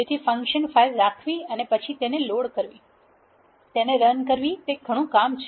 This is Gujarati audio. તેથી ફંકશન ફાઇલ રાખવી અને પછી તેને લોડ કરવું તેને રન કરવી તે ઘણું કામ છે